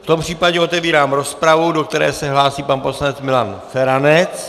V tom případě otevírám rozpravu, do které se hlásí pan poslanec Milan Feranec.